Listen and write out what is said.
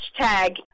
hashtag